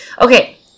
Okay